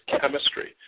chemistry